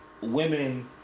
women